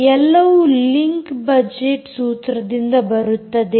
ಎಲ್ಲವೂ link budget ಸೂತ್ರದಿಂದ ಬರುತ್ತದೆ